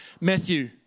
Matthew